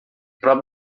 prop